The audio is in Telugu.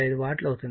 5 వాట్ అవుతుంది